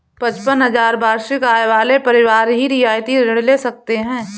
पचपन हजार वार्षिक आय वाले परिवार ही रियायती ऋण ले सकते हैं